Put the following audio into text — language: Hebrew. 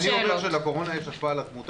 אני אומר שלקורונה יש השפעה על התמותה.